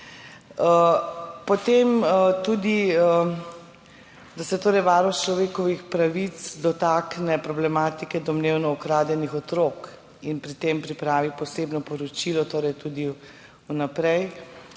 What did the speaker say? Potem tudi, da se Varuh človekovih pravic dotakne problematike domnevno ukradenih otrok in o tem pripravi posebno poročilo. Torej tudi vnaprej